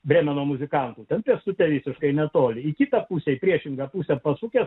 brėmeno muzikantų tad esu teisiškai netoli kitą pusę į priešingą pusę pasukęs